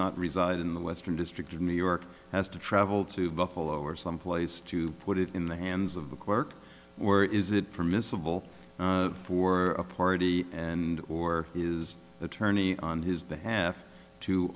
not reside in the western district of new york has to travel to buffalo or someplace to put it in the hands of the clerk where is it permissible for a party and or is the attorney on his behalf to